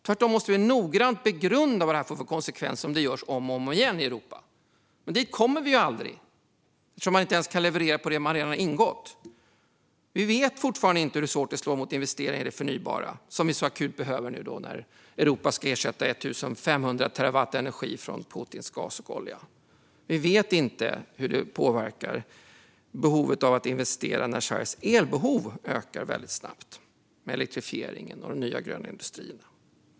Tvärtom måste vi noggrant begrunda vad detta får för konsekvenser om det ska göras igen i Europa, men dit kommer vi ju aldrig, för man kan inte ens leverera på det man redan har ingått. Vi vet fortfarande inte hur hårt detta slår mot investeringarna i det förnybara, som vi akut behöver nu när Europa ska ersätta 1 500 terawatt energi från Putins gas och olja. Vi vet inte hur det påverkar behovet av att investera när Sveriges elbehov ökar väldigt snabbt med elektrifieringen och de nya gröna industrierna.